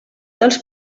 dels